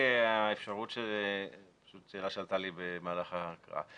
זאת שאלה שעלתה לי במהלך ההקראה.